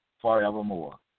forevermore